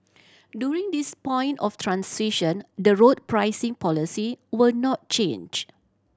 during this point of transition the road pricing policy will not change